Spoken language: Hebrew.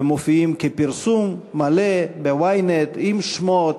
ומופיעים כפרסום מלא ב-ynet, עם השמות,